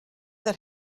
that